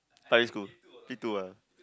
primary school K two ah